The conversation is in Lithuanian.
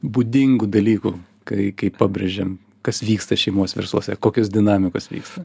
būdingų dalykų kai kai pabrėžiam kas vyksta šeimos versluose kokios dinamikos vyksta